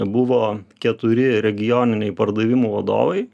buvo keturi regioniniai pardavimų vadovai